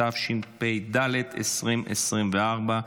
התשפ"ד 2024,